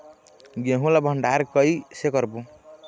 गेहूं ला भंडार कई से करबो?